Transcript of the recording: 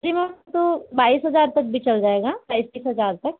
जी ma'am तो बाइस हज़ार तक भी चल जाएगा पैतीस हज़ार तक